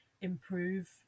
improve